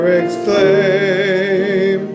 exclaim